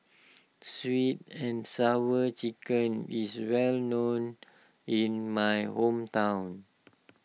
Sweet and Sour Chicken is well known in my hometown